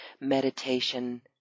meditation